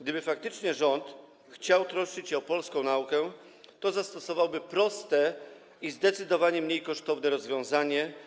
Gdyby faktycznie rząd chciał troszczyć się o polską naukę, to zastosowałby proste i zdecydowanie mniej kosztowne rozwiązanie.